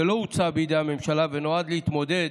שלא הוצע בידי הממשלה, ונועד להתמודד